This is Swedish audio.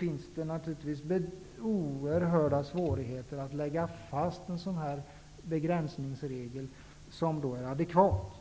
innebär det naturligtvis oerhörda svårigheter att lägga fast en begränsningsregel som är adekvat.